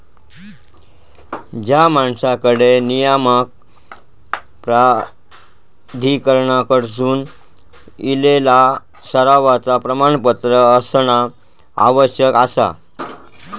त्या माणसाकडे नियामक प्राधिकरणाकडसून इलेला सरावाचा प्रमाणपत्र असणा आवश्यक आसा